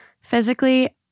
Physically